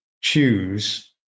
choose